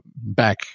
Back